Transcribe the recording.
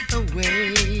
away